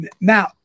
now